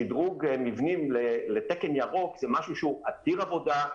שדרוג מבנים לתקן ירוק זה משהו שהוא עתיר עבודה,